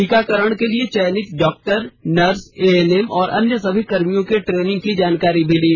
टीकाकरण के लिए चयनित डॉक्टर नर्स एएनएम और अन्य सभी कर्मियों के ट्रेनिंग की जानकारी भी ली